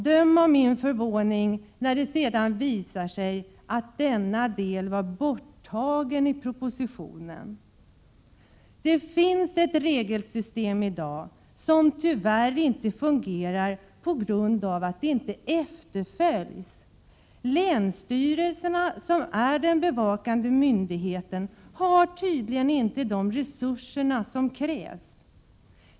Döm om min förvåning när det sedan visade sig att denna del inte fanns med i propositionen! Det finns ett regelsystem i dag, som tyvärr inte fungerar på grund av att det inte efterföljs. Länsstyrelserna, som är den bevakande myndigheten, har tydligen inte de resurser som krävs.